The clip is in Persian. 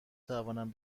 توانم